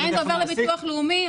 גם אם זה עובר לביטוח לאומי,